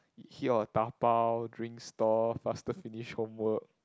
here or dabao drink stall faster finish homework